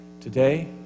Today